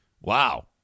Wow